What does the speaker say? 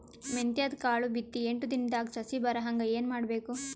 ಮೆಂತ್ಯದ ಕಾಳು ಬಿತ್ತಿ ಎಂಟು ದಿನದಾಗ ಸಸಿ ಬರಹಂಗ ಏನ ಮಾಡಬೇಕು?